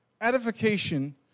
Edification